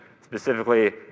specifically